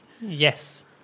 Yes